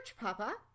Papa